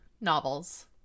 novels